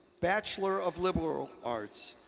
bachelor of liberal arts,